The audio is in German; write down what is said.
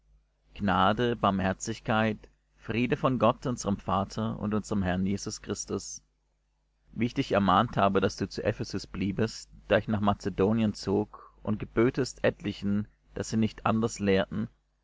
gnade barmherzigkeit friede von gott unserm vater und unserm herrn jesus christus wie ich dich ermahnt habe daß du zu ephesus bliebest da ich nach mazedonien zog und gebötest etlichen daß sie nicht anders lehrten